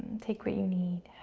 take what you need.